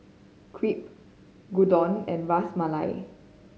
Crepe Gyudon and Ras Malai